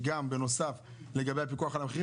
זה יתחלף שוב אבל כרגע זה נמצא בידי שר הרווחה.